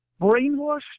brainwashed